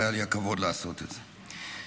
והיה לי הכבוד לעשות את זה.